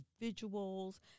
individuals